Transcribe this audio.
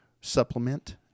supplement